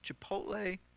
Chipotle